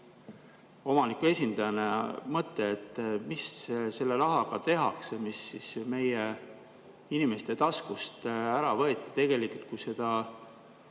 omaniku esindaja mõte, et mida selle rahaga tehakse, mis meie inimeste taskust ära võeti? Tegelikult, kui seda